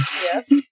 Yes